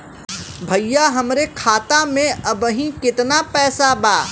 भईया हमरे खाता में अबहीं केतना पैसा बा?